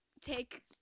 take